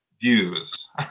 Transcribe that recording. views